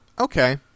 okay